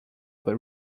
but